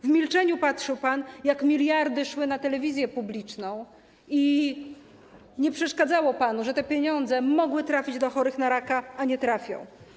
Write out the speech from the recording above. W milczeniu patrzył pan, jak miliardy szły na telewizję publiczną, i nie przeszkadzało panu, że te pieniądze mogły trafić do chorych na raka, a nie trafią.